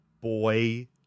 boy